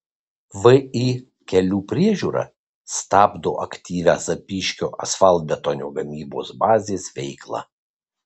vį kelių priežiūra stabdo aktyvią zapyškio asfaltbetonio gamybos bazės veiklą